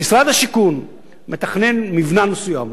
משרד השיכון מתכנן מבנן מסוים,